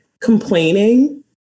complaining